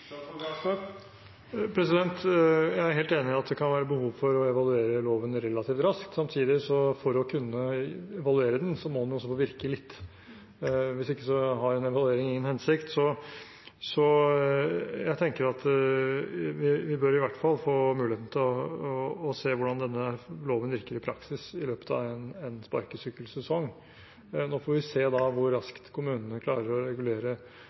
Jeg er helt enig i at det kan være behov for å evaluere loven relativt raskt. Samtidig, for å kunne evaluere den, må den virke litt, hvis ikke har en evaluering ingen hensikt. Jeg tenker at vi i hvert fall bør få mulighet til å se hvordan denne loven virker i praksis i løpet av en sparkesykkelsesong. Nå får vi se hvor raskt kommunene klarer å regulere